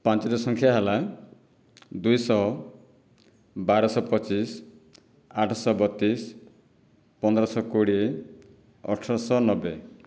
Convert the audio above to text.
ପାଞ୍ଚଟି ସଂଖ୍ୟା ହେଲା ଦୁଇଶହ ବାରଶହ ପଚିଶ ଆଠଶହ ବତିଶ ପନ୍ଦରଶହ କୋଡ଼ିଏ ଅଠରଶହ ନବେ